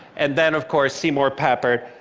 and then, of course, seymour papert,